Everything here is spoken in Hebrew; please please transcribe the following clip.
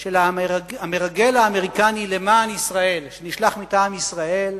של המרגל האמריקני למען ישראל, שנשלח מטעם ישראל,